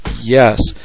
yes